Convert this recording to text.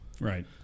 Right